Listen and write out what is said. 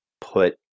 put